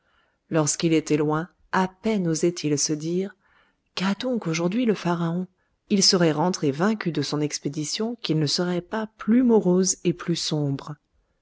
lorsqu'il était loin à peine osaient ils se dire qu'a donc aujourd'hui le pharaon il serait rentré vaincu de son expédition qu'il ne serait pas plus morose et plus sombre